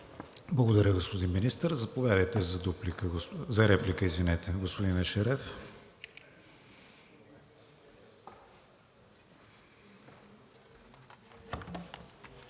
Благодаря, господин Министър. Заповядайте за реплика, господин Ешереф.